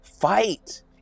fight